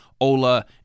Ola